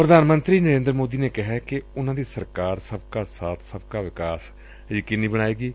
ਪ੍ਰਧਾਨ ਮੰਤਰੀ ਨਰੇਂਦਰ ਮੋਦੀ ਨੇ ਕਿਹਾ ਕਿ ਉਨ੍ਨਾਂ ਦੀ ਸਰਕਾਰ ਸਬਕਾ ਸਾਬ ਸਬਕਾ ਵਿਕਾਸ ਯਕੀਨੀ ਬਣਾਏਗੀ